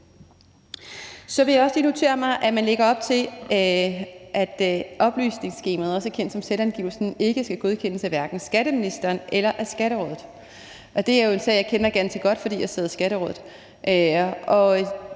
at jeg har noteret mig, at man lægger op til, at oplysningsskemaet, også kendt som selvangivelsen, ikke skal godkendes af hverken skatteministeren eller Skatterådet. Og det er jo en sag, jeg kender ganske godt, fordi jeg sidder i Skatterådet,